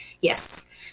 Yes